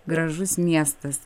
gražus miestas